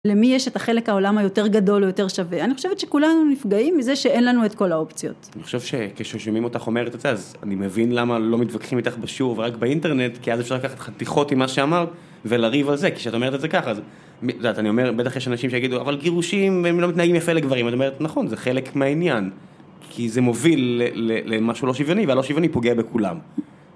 למי יש את החלק העולם היותר גדול או יותר שווה? אני חושבת שכולנו נפגעים מזה שאין לנו את כל האופציות. אני חושב שכששומעים אותך אומרת את זה אז אני מבין למה לא מתווכחים איתך בשיעור ורק באינטרנט כי אז אפשר לקחת חתיכות ממה שאמרת ולריב על זה. כי כשאת אומרת את זה ככה, אז אני אומר, בטח יש אנשים שיגידו אבל גירושים הם לא מתנהגים יפה לגברים. את אומרת, נכון, זה חלק מהעניין. כי זה מוביל למשהו לא שוויוני והלא שוויוני פוגע בכולם.